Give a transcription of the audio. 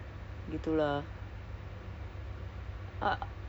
that's the only twenty four hours I have there at my house